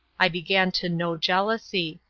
i began to know jealously,